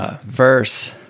Verse